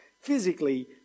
physically